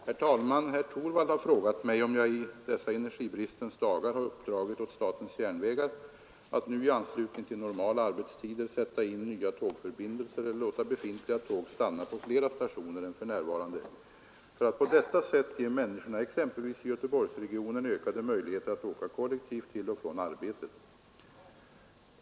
Herr talman! Herr Torwald har frågat mig om jag i dessa energibristens dagar har uppdragit åt statens järnvägar att nu i anslutning till normala arbetstider sätta in nya tågförbindelser eller låta befintliga tåg stanna på flera stationer än för närvarande för att på detta sätt ge människorna exempelvis i Göteborgsregionen ökade möjligheter att åka kollektivt till och från arbetet.